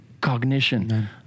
cognition